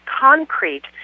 concrete